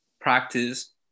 practice